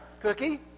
Cookie